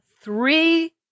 three